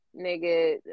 nigga